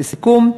לסיכום,